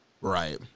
right